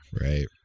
Right